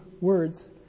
words